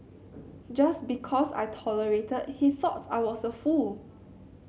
just because I tolerated he thought I was a fool